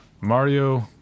Mario